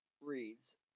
reads